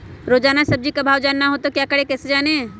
रोजाना सब्जी का भाव जानना हो तो क्या करें कैसे जाने?